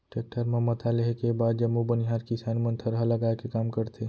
tractor म मता लेहे के बाद जम्मो बनिहार किसान मन थरहा लगाए के काम करथे